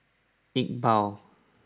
Iqbal